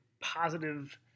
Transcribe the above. positive